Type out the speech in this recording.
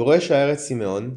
יורש העצר סימאון,